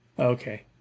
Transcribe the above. Okay